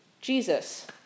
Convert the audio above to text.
Jesus